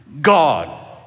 God